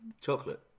Chocolate